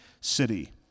city